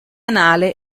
anale